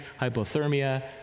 hypothermia